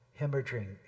hemorrhaging